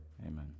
amen